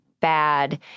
bad